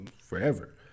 forever